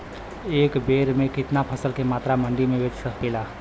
एक बेर में कितना फसल के मात्रा मंडी में बेच सकीला?